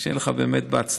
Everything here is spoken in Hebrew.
אז שיהיה לך באמת בהצלחה.